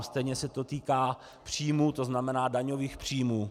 Stejně se to týká příjmů, to znamená daňových příjmů.